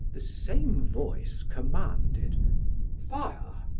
the same voice commanded fire!